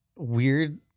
weird